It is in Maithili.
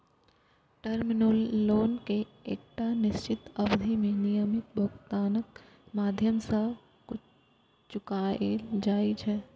टर्म लोन कें एकटा निश्चित अवधि मे नियमित भुगतानक माध्यम सं चुकाएल जाइ छै